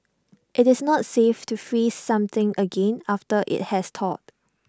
IT is not safe to freeze something again after IT has thawed